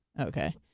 Okay